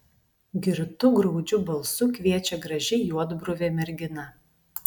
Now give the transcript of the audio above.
girtu graudžiu balsu kviečia graži juodbruvė mergina